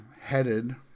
headed